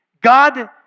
God